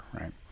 right